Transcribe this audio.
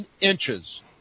inches